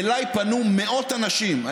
אליי פנו מאות אנשים,